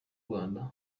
rwanda